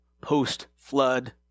post-flood